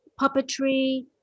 puppetry